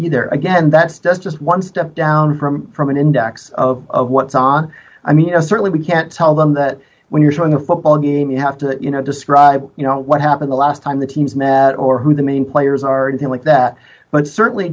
either again that's just just one step down from from an index of what i mean certainly we can't tell them that when you're on the football game you have to you know describe you know what happened the last time the teams met or who the main players are anything like that but certainly